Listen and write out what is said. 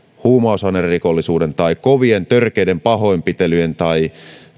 huumausainerikollisuuden tai kovien törkeiden pahoinpitelyjen tai